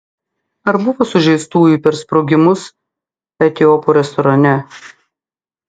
ar buvo sužeistųjų per sprogimus etiopo restorane